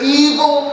evil